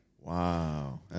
Wow